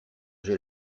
j’ai